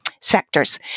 sectors